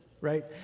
right